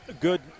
Good